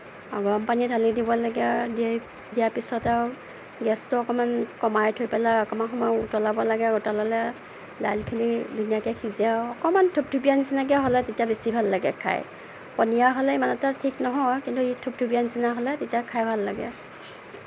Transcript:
গৰম পানী ঢালি দিব লাগে আৰু দিয়াৰ দিয়াৰ পিছত আৰু গেছটো অকণমান কমাই থৈ পেলাই অকণমান সময় উতলাব লাগে উতলালে দাইলখিনি ধুনীয়াকে সিজে আৰু অকণমান ঠুপঠুপীয়া নিচিনাকে হ'লে তেতিয়া বেছি ভাল লাগে খাই পনীয়া হ'লে ইমান এটা ঠিক নহয় কিন্তু ঠুপঠুপীয়া নিচিনা হ'লে তেতিয়া খাই ভাল লাগে